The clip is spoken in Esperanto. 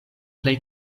plej